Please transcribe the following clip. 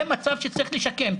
זה מצב שצריך לשקם.